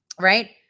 right